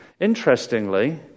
Interestingly